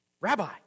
Rabbi